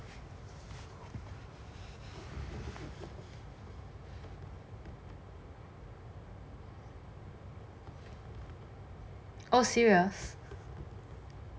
oh serious